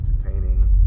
entertaining